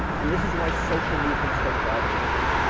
and this is why social movements still thrive on the internet.